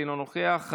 אינה נוכחת,